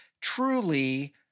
truly